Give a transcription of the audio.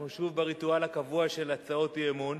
אנחנו שוב בריטואל הקבוע של הצעות אי-אמון.